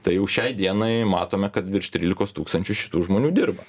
tai jau šiai dienai matome kad virš trylikos tūkstančių šitų žmonių dirba